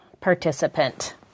participant